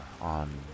on